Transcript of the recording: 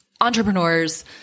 entrepreneurs